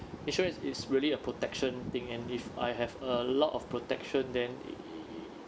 insurance it's really a protection thing and if I have a lot of protection then i~